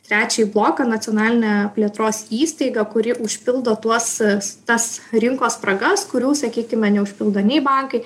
trečiąjį bloką nacionalinę plėtros įstaigą kuri užpildo tuos tas rinkos spragas kurių sakykime neužpildo nei bankai